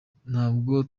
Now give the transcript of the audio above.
ntabwo